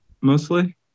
mostly